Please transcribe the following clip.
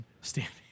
standing